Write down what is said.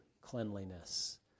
cleanliness